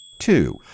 Two